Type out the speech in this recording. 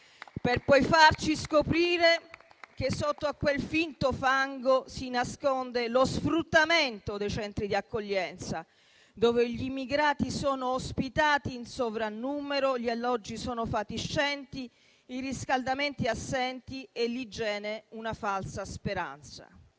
per poi farci scoprire che sotto a quel finto fango si nasconde lo sfruttamento dei centri di accoglienza, dove gli immigrati sono ospitati in sovrannumero, gli alloggi sono fatiscenti, i riscaldamenti assenti e l'igiene una falsa speranza.